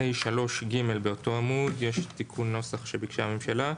ב-(ה)(3)(ג) באותו עמוד יש תיקון נוסח שביקשה הממשלה: